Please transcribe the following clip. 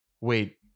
wait